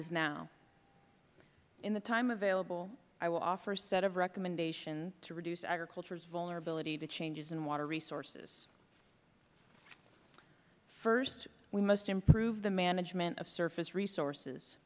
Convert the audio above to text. is now in the time available i will offer a set of recommendations to reduce agriculture's vulnerability to changes in water resources first we must improve the management of surface resources